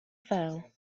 fell